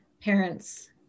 parents